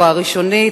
או הראשונית,